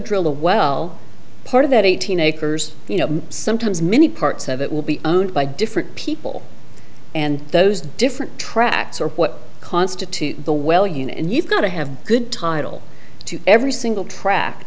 drill the well part of that eighteen acres you know sometimes many parts of it will be owned by different people and those different tracks are what constitute the well you know and you've got to have good title to every single trac